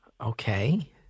Okay